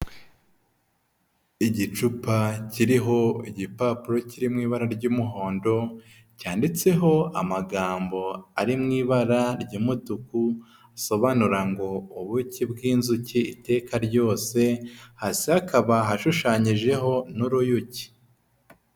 Igicupa kiriho igipapuro kiri mu ibara ry'umuhondo, cyanditseho amagambo ari mu ibara ry'umutuku asobanura ngo ubuki bw'inzuki iteka ryose, hasi hakaba hashushanyijeho n'uruyuki.